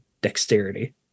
dexterity